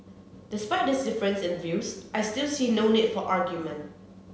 despite this difference in views I still see no need for argument